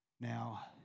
Now